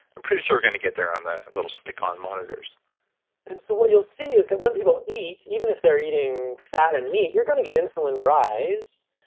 i'm pretty sure we're going to get there on the little stick on monitors and so what you'll see is that when people eat, even if they're eating fat and meat you're going to get insulin rise.